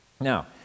Now